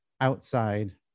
outside